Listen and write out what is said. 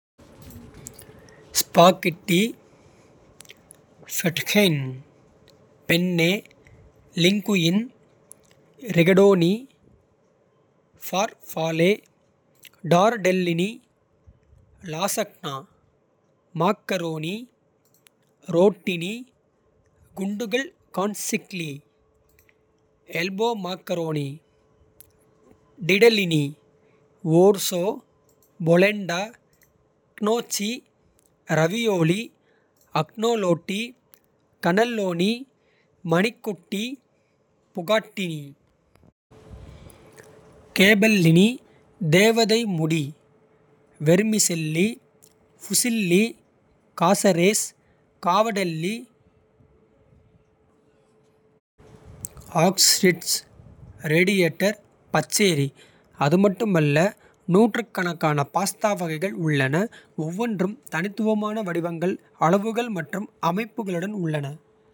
Spaghetti penne linguine rigatoni. Farfalle tortellini lasagna macaroni. Rotini குண்டுகள் conchiglie elbow macaroni. Ditalini orzo polenta gnocchi ravioli. Agnolotti cannelloni ணிக்கொட்டி. Bucatini capellini தேவதை முடி vermicelli. Fusilli casarecce cavatelli radiator paccheri. அதுமட்டுமல்ல! நூற்றுக்கணக்கான pasta வகைகள் உள்ளன. ஒவ்வொன்றும் தனித்துவமான வடிவங்கள். அளவுகள் மற்றும் அமைப்புகளுடன் உள்ளன.